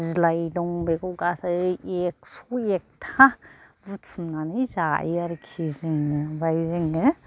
बिलाइ दं बेखौ गासै एक्स' एखथा बुथुमनानै जायो आरोखि जोङो ओमफ्राय जोङो